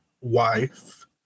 wife